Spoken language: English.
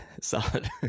Solid